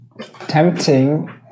tempting